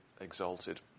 exalted